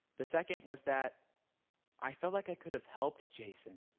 the second was that i felt like i could have helped jason.